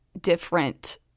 different